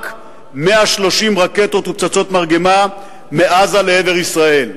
130 רקטות ופצצות מרגמה מעזה לעבר ישראל,